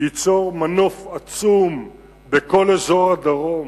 ייצור מנוף עצום בכל אזור הדרום.